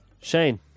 Shane